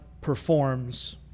performs